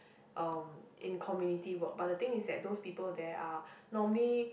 um in community work but the thing is that those people there are normally